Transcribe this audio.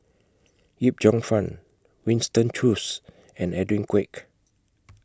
Yip Cheong Fun Winston Choos and Edwin Koek